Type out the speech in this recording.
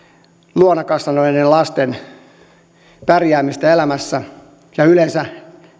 luona kasvaneiden lasten pärjäämistä elämässä ja yleensä